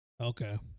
Okay